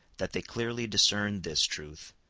that they clearly discerned this truth,